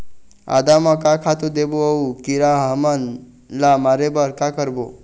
आदा म का खातू देबो अऊ कीरा हमन ला मारे बर का करबो?